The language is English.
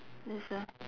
there's a